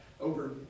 over